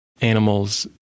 animals